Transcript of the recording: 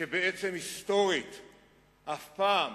כשבעצם היסטורית אף פעם